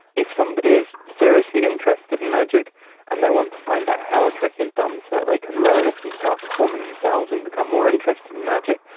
if somebody is seriously interested in magic and they want to find out how a trick is done so that they can learn it and start performing themselves and become more interested in magic,